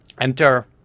enter